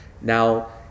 Now